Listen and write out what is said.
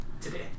today